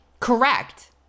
Correct